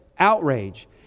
Outrage